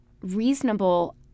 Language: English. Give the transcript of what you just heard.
reasonable